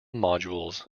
modules